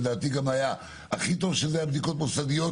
לדעתי גם היה הכי טוב שאלו יהיו בדיקות מוסדיות,